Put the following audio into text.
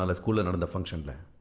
and school and um and function,